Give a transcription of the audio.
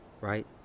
Right